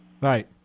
Right